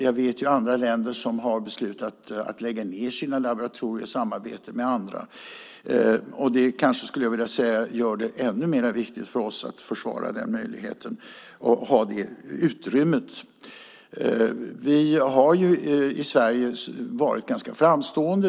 Jag vet andra länder som har beslutat att lägga ned sina laboratorier och samarbetet med andra, och jag skulle vilja säga att det gör det ännu viktigare för oss att försvara den möjligheten och ha kvar det utrymmet. Vi har i Sverige varit ganska framstående.